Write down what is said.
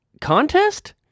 Contest